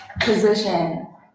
position